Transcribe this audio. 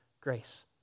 grace